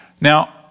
Now